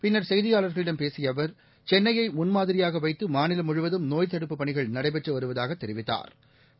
பின்னர் செய்தியாளர்களிடம் பேசியஅவர் சென்னையைமுன்மாதிரியாகக் வைத்தமாநிலம் முழுவதும் நோய் தடுப்புப் பணிகள் நடைபெற்றுவருவதாகத் தெரிவித்தாா்